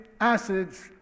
acids